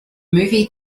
movie